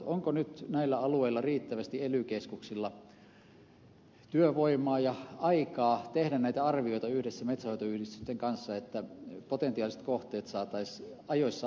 onko nyt näiden alueiden ely keskuksilla riittävästi työvoimaa ja aikaa tehdä näitä arvioita yhdessä metsänhoitoyhdistysten kanssa että potentiaaliset kohteet saataisiin ajoissa arvioitua